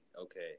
Okay